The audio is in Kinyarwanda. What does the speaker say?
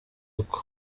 isuku